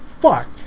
fuck